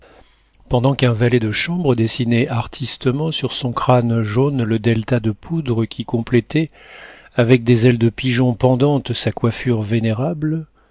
pendant qu'un valet de chambre dessinait artistement sur son crâne jaune le delta de poudre qui complétait avec des ailes de pigeon pendantes sa coiffure vénérable